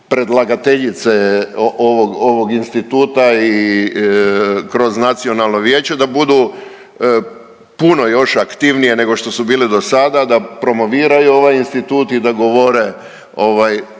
predlagateljice ovog, ovog instituta i kroz nacionalno vijeće da budu puno još aktivnije nego što su bile dosada, da promoviraju ovaj institu i da govore